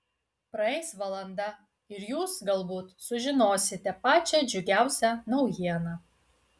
praeis valanda ir jūs galbūt sužinosite pačią džiugiausią naujieną